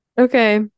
okay